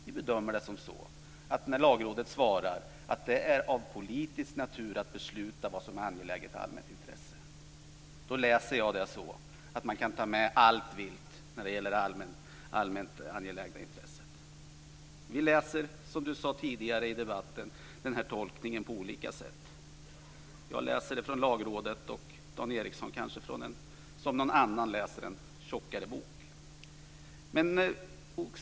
Vi bedömer det som så, att när Lagrådet svarar att det är av politisk natur att besluta vad som är angeläget allmänt intresse kan man kan ta med allt vilt när det gäller det allmänt angelägna intresset. Vi läser som du sade tidigare i debatten den här tolkningen på olika sätt. Jag läser den från Lagrådet och Dan Ericsson kanske som någon annan läser en tjockare bok.